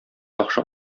яхшы